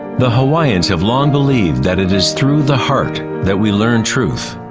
the hawaiians have long believed that it is through the heart that we learn truth.